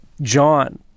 John